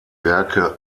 werke